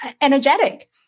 energetic